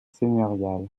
seigneuriale